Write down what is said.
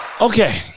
Okay